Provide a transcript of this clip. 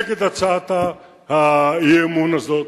נגד הצעת האי-אמון הזאת,